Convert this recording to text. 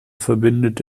verbindet